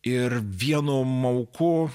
ir vienu mauku